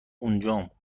اونجام